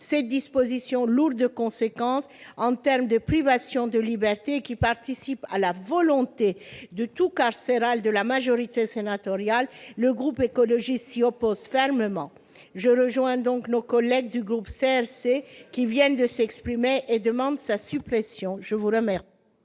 Cette disposition, lourde de conséquences en termes de privation de liberté, participe à la volonté du « tout-carcéral » de la majorité sénatoriale. Le groupe écologiste s'y oppose fermement. Je rejoins donc nos collègues du groupe CRC, qui viennent de s'exprimer et qui demandent sa suppression. Quel